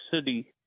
City